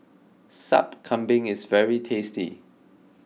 Sup Kambing is very tasty